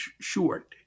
short